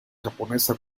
japonesa